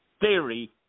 theory